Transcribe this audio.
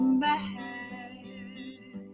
back